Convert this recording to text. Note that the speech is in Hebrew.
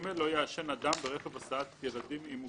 לא יעשן אדם ברכב הסעת ילדים עם מוגבלות".